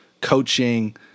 coaching